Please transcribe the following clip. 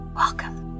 welcome